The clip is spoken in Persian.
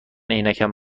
عینکم